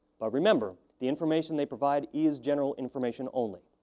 but remember, the information they provide is general information only.